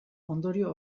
ondorio